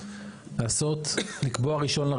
לעשות, לקבוע 1.1